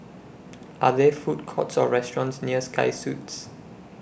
Are There Food Courts Or restaurants near Sky Suites